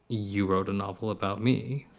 you wrote a novel about me,